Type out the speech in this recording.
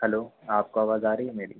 hello आपको आवाज़ आ रही है मेरी